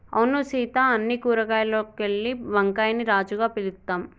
అవును సీత అన్ని కూరగాయాల్లోకెల్లా వంకాయని రాజుగా పిలుత్తాం